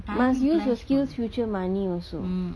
must use your skillsfuture money also